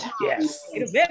Yes